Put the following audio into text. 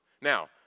Now